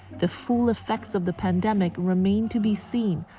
the full effects of the pandemic remain to be seen,